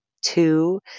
two